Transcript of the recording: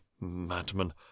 madman